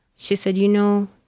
she said, you know,